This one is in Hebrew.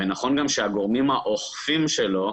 ונכון גם שהגורמים האוכפים שלו,